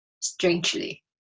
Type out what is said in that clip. strangely